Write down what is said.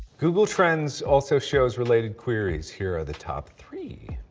google trends also shows related queries. here are the top three.